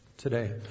Today